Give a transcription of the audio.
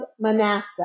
Manasseh